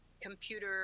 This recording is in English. computer